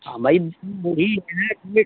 हमाई बूढ़ी भैंस ले